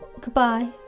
Goodbye